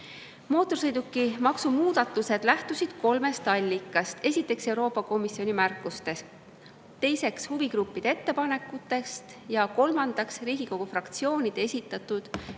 Mootorsõidukimaksu muudatused lähtusid kolmest allikast. Esiteks Euroopa Komisjoni märkustest, teiseks huvigruppide ettepanekutest ja kolmandaks Riigikogu fraktsioonide esitatud